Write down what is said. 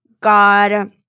God